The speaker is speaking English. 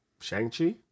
Shang-Chi